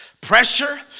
Pressure